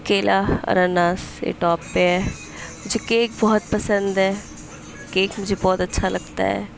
کیلا انناس یہ ٹاپ پہ ہے مجھے کیک بہت پسند ہے کیک مجھے بہت اچھا لگتا ہے